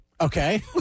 Okay